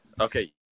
Okay